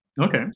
Okay